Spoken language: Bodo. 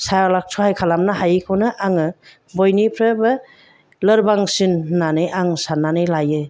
सहाय खालामनो हायिखौनो आङो बयनिफ्रायबो लोरबांसिन होननानै आं साननानै लायो